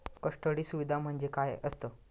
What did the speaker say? Custody सुविधा म्हणजे काय असतं?